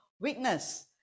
witness